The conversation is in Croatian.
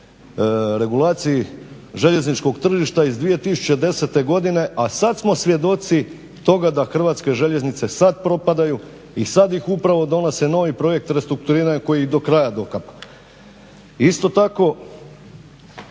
regulaciji željezničkog tržišta iz 2010. godine, a sad smo svjedoci toga da Hrvatske željeznice sad propadaju i sad ih upravo donose novi projekt restrukturiranja koji ih do kraja dokapa. Isto tako